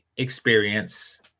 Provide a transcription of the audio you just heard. experience